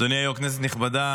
אדוני היו"ר, כנסת נכבדה,